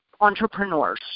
entrepreneurs